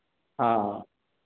हाँ